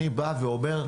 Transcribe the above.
אני בא ואומר,